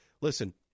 Listen